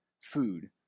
food